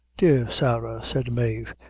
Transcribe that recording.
dear sarah, said mave,